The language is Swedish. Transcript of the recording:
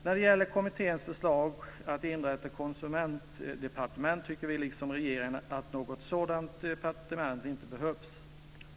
När det gäller kommitténs förslag att inrätta ett konsumentdepartement tycker vi liksom regeringen att något sådant departement inte behövs.